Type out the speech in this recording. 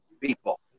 people